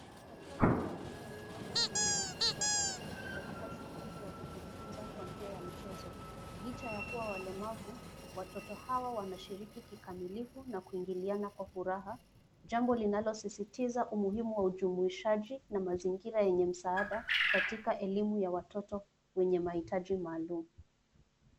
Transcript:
Watoto wawili wadogo wenye miguu ya bandia katika shughuli ya kujifunza kwa njia ya mchezo. Licha ya kuwa walemavu watoto hawa wanashiriki kikamilifu na kuingiliana kwa furaha. Jambo linalosisitiza umuhimu wa ujumuishaji na mazingira yenye msaada katika elimu ya watoto wenye mahitaji maalum.